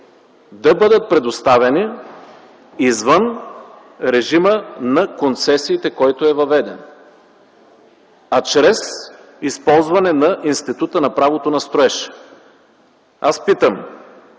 да бъдат предоставени извън режима на концесиите, който е въведен, а чрез ползване на Института на правото на строеж. Ако има